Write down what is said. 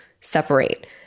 separate